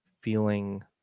feeling